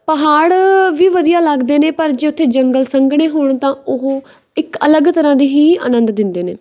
ਪਹਾੜ ਵੀ ਵਧੀਆ ਲੱਗਦੇ ਨੇ ਪਰ ਜੇ ਉੱਥੇ ਜੰਗਲ ਸੰਘਣੇ ਹੋਣ ਤਾਂ ਉਹ ਇੱਕ ਅਲੱਗ ਤਰ੍ਹਾਂ ਦੀ ਹੀ ਆਨੰਦ ਦਿੰਦੇ ਨੇ